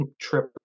trip